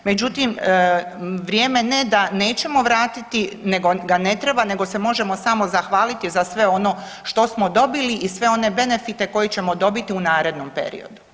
Međutim, vrijeme ne da nećemo vratiti nego ga ne treba, nego se možemo samo zahvaliti za sve ono što smo dobili i sve one benefite koje ćemo dobiti u narednom periodu.